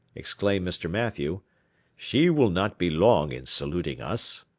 exclaimed mr. mathew she will not be long in saluting us.